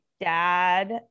dad